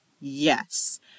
Yes